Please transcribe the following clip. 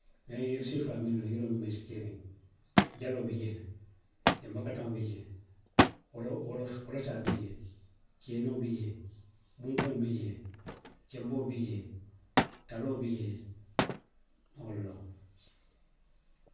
Nŋa yiri siifaa miŋ loŋ, yiroo miŋ be keeriŋ. Jaloo bi jee le, janbakataŋo bi jee, wolo, wolo, wolosaa bi jee, keenoo bi jee, bunkuŋo bi jee. kenboo bi jee, taloo bi jee. nŋa wo le loŋ.